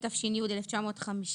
התש"י-1950"